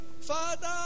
Father